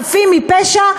חפים מפשע,